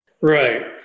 Right